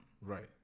Right